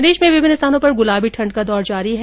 प्रदेश में विभिन्न स्थानों पर गुलाबी ठण्ड का दौर जारी है